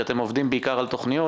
כי אתם עובדים בעיקר על תוכניות,